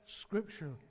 scripture